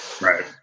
Right